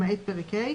למעט פרק ה',